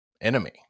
enemy